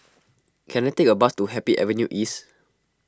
can I take a bus to Happy Avenue East